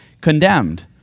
condemned